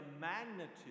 magnitude